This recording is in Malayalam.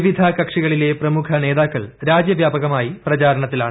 വിവിധ കക്ഷികളിലെ പ്രമുഖ നേതാക്കൾ രാജൃവ്യാപകമായി പ്രചരണത്തിലാണ്